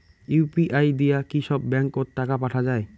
UPI দিয়া কি সব ব্যাংক ওত টাকা পাঠা যায়?